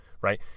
right